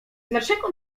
dlaczego